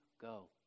go